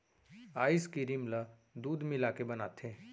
ice cream ल दूद मिलाके बनाथे